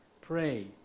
pray